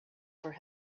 for